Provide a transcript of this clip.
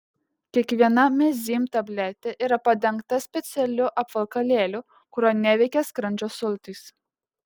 kiekviena mezym tabletė yra padengta specialiu apvalkalėliu kurio neveikia skrandžio sultys